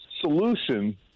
Solution